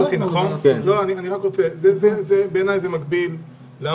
זו גם עמדת השרה.